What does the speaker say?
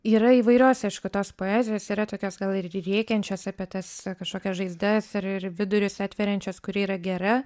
yra įvairios aišku tos poezijos yra tokios gal ir rėkiančios apie tas kažkokias žaizdas ir ir vidurius atveriančios kuri yra gera